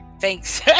thanks